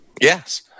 Yes